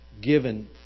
given